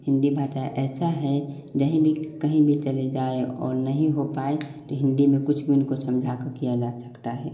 हिंदी भाषा ऐसा है जो कहीं भी कहीं भी चले जाएँ और नहीं हो पाए तो हिंदी में कुछ भी उनको समझाकर किया जा सकता है